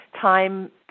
time